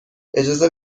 اجازه